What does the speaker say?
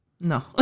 No